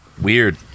weird